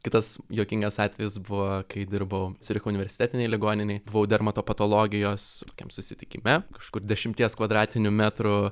kitas juokingas atvejis buvo kai dirbau ciuricho universitetinėj ligoninėj buvau dermatopatologijos tokiam susitikime kažkur dešimties kvadratinių metrų